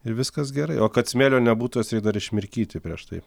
ir viskas gerai o kad smėlio nebūtų juos reik dar išmirkyti prieš tai